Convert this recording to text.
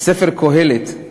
בספר קהלת,